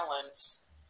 balance